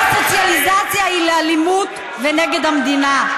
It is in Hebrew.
כל הסוציאליזציה היא לאלימות ונגד המדינה.